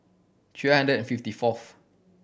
three hundred and fifty fourth